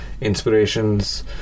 inspirations